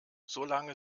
solange